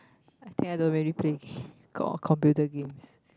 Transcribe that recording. I think I don't really play game or computer games